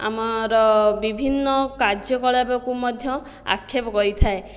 ଆମର ବିଭିନ୍ନ କାର୍ଯ୍ୟକଳାପକୁ ମଧ୍ୟ ଆକ୍ଷେପ କରିଥାଏ